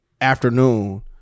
Afternoon